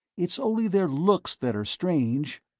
it's only their looks that are strange.